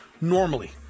normally